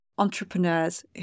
entrepreneurs